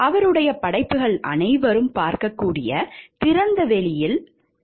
அவருடைய படைப்புகள் அனைவரும் பார்க்கக்கூடிய திறந்த வெளியில் உள்ளன